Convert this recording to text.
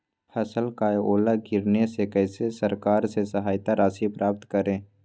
फसल का ओला गिरने से कैसे सरकार से सहायता राशि प्राप्त करें?